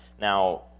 Now